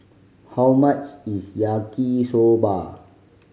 how much is Yaki Soba